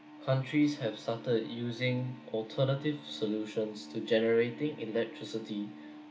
countries have started using alternative solutions to generating electricity